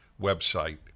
website